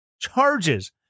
charges